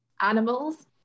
Animals